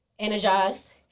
energized